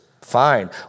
fine